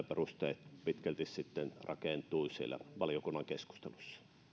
perusteet pitkälti rakentuivat siellä valiokunnan keskustelussa